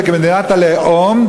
אלא "כמדינת הלאום",